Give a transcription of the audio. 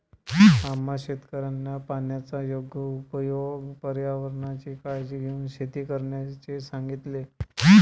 आम्हा शेतकऱ्यांना पाण्याचा योग्य उपयोग, पर्यावरणाची काळजी घेऊन शेती करण्याचे सांगितले